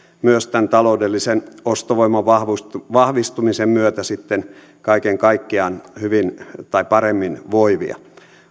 taloudellisen ostovoiman vahvistumisen myötä sitten kaiken kaikkiaan paremmin voivia